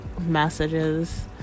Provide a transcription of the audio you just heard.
messages